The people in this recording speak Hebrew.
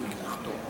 התשע"א 2011,